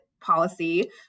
policy